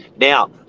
Now